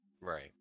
Right